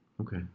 Okay